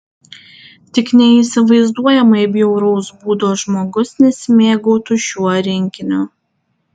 tik neįsivaizduojamai bjauraus būdo žmogus nesimėgautų šiuo rinkiniu